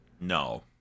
No